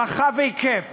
רחב היקף